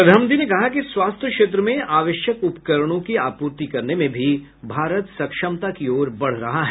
प्रधानमंत्री ने कहा कि स्वास्थ्य क्षेत्र में आवश्यक उपकरणों की आपूर्ति करने में भी भारत सक्षमता की ओर बढ़ रहा है